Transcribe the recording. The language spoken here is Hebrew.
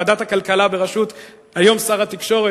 ועדת הכלכלה בראשות היום שר התקשורת,